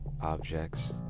objects